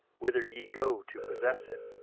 whither ye go to possess it